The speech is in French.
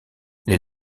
les